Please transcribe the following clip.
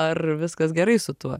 ar viskas gerai su tuo